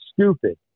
stupid